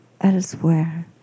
elsewhere